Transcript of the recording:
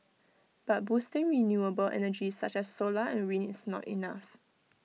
but boosting renewable energy such as solar and wind is not enough